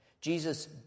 Jesus